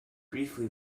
briefly